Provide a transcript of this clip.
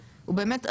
אדיר, באמת אדיר,